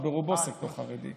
אבל זה ברובו הסקטור החרדי,